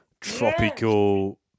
tropical